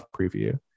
preview